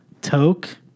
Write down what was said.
Toke